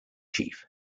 chief